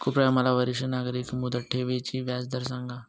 कृपया मला वरिष्ठ नागरिक मुदत ठेवी चा व्याजदर सांगा